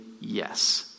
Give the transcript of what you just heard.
Yes